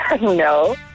No